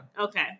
Okay